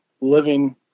living